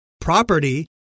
property